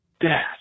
Dad